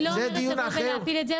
אני לא אומרת להפיל את זה.